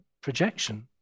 projection